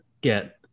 get